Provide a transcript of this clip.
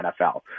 NFL